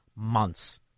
Months